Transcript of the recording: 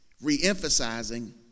re-emphasizing